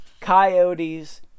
coyotes